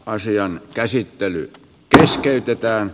asian käsittely keskeytetään